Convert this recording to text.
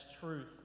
truth